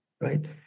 right